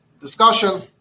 discussion